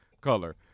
color